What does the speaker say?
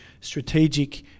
strategic